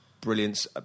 brilliance